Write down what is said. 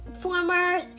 former